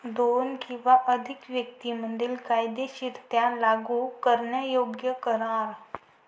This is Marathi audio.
दोन किंवा अधिक व्यक्तीं मधील कायदेशीररित्या लागू करण्यायोग्य करार